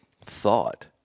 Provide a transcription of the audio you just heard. thought